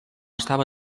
estava